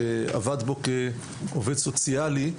שעבד בו כעובד סוציאלי,